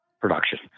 production